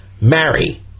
marry